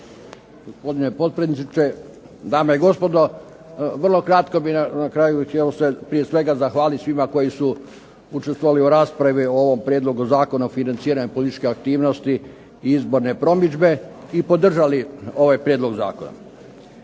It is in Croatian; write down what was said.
Gospodine potpredsjedniče, dame i gospodo. Vrlo kratko bih na kraju htio se prije svega zahvaliti svima koji su učestvovali u raspravi o ovom Prijedlogu zakona o financiranju političke aktivnosti i izborne promidžbe i podržali ovaj prijedlog zakona.